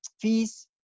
fees